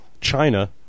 China